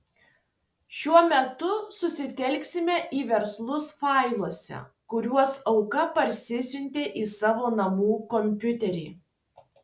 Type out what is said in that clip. šiuo metu susitelksime į verslus failuose kuriuos auka parsisiuntė į savo namų kompiuterį